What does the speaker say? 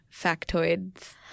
factoids